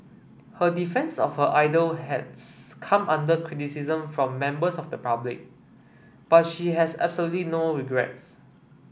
her defence of her idol has come under criticism from members of the public but she has absolutely no regrets